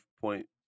point